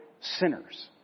sinners